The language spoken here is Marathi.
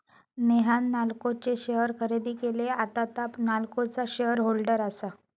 नेहान नाल्को चे शेअर खरेदी केले, आता तां नाल्कोचा शेअर होल्डर आसा